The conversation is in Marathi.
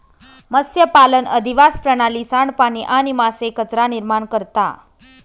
मत्स्यपालन अधिवास प्रणाली, सांडपाणी आणि मासे कचरा निर्माण करता